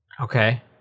Okay